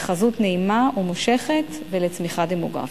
לחזות נעימה ומושכת ולצמיחה דמוגרפית.